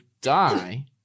die